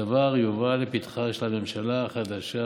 הדבר יובא לפתחה של הממשלה החדשה,